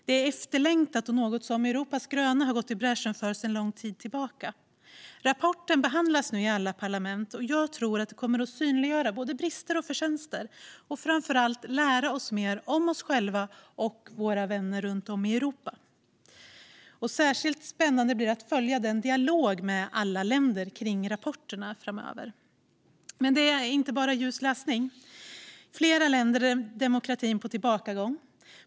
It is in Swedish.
Det är efterlängtat och något som Europas gröna har gått i bräschen för sedan lång tid tillbaka. Rapporten behandlas nu i alla parlament, och jag tror att det kommer att synliggöra både brister och förtjänster och framför allt lära oss mer om oss själva och våra vänner runt om i Europa. Särskilt spännande blir det framöver att följa dialogen om rapporterna i alla länder. Det är dock inte bara ljus läsning. I flera länder är demokratin på tillbakagång.